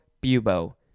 bubo